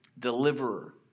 deliverer